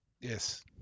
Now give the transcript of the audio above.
yes